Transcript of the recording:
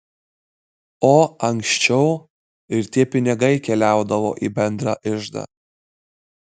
o ankščiau ir tie pinigai keliaudavo į bendrą iždą